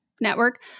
network